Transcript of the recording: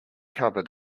cover